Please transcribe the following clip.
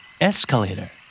Escalator